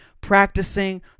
practicing